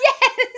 Yes